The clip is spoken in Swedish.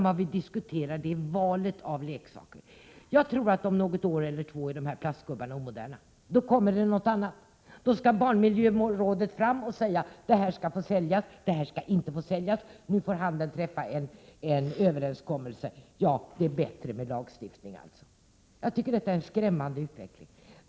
Vad vi diskuterar är valet av leksaker. Jag tror att de här plastgubbarna är omoderna om ett år eller två. Då kommer det något annat, och då skall barnmiljörådet fram och säga: Det här skall få säljas, det skall inte få säljas, och nu får handeln träffa en överenskommelse. Det skulle alltså vara bättre med lagstiftning. Jag tycker att detta är en skrämmande utveckling.